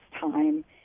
time